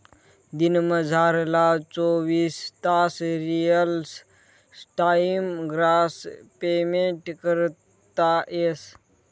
दिनमझारला चोवीस तास रियल टाइम ग्रास पेमेंट करता येस